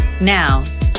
Now